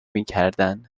میکردن